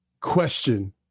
question